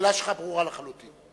השאלה שלך ברורה לחלוטין.